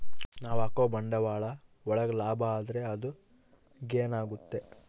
ನಾವ್ ಹಾಕೋ ಬಂಡವಾಳ ಒಳಗ ಲಾಭ ಆದ್ರೆ ಅದು ಗೇನ್ ಆಗುತ್ತೆ